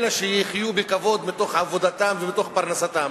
אלא שיחיו בכבוד מתוך עבודתם ומתוך פרנסתם.